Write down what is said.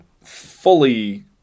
fully